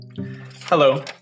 Hello